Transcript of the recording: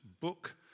book